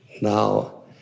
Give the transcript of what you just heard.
Now